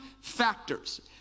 factors